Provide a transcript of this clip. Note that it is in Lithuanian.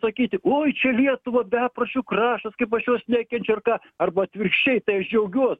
sakyti oi čia lietuva bepročių krašto kaip aš jos nekenčiu ir ką arba atvirkščiai tai aš džiaugiuos